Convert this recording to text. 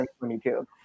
2022